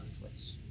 place